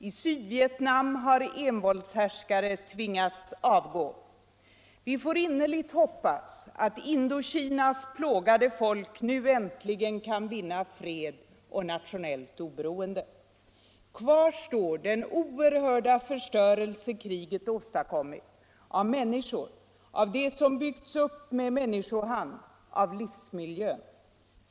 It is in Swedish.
I Sydvietnam har en envåldshärskare tvingats avgå. Vi får innerligt hoppas att Indokinas plågade folk nu äntligen kan vinna fred och nationellt oberoende. Kvar står den oerhörda förstörelse kriget åstadkommit, av människor, av det som byggts upp med människohand, av livsmiljön.